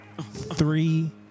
Three